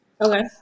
Okay